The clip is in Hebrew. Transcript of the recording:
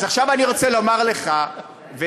אז עכשיו אני רוצה לומר לך ולצופים,